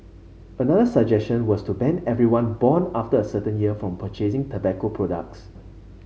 another suggestion was to ban everyone born after a certain year from purchasing tobacco products